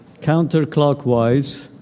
counterclockwise